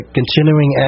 continuing